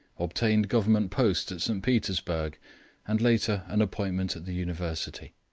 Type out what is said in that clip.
obtained government post at st. petersburg and later an appointment at the university.